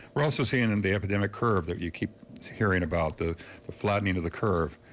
we're also seeing in the epidemic curve that you keep hearing about the the flattening of the curve,